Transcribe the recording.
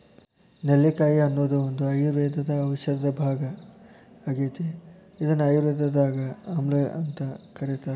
ನೆಲ್ಲಿಕಾಯಿ ಅನ್ನೋದು ಒಂದು ಆಯುರ್ವೇದ ಔಷಧದ ಭಾಗ ಆಗೇತಿ, ಇದನ್ನ ಆಯುರ್ವೇದದಾಗ ಆಮ್ಲಾಅಂತ ಕರೇತಾರ